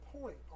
point